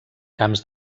camps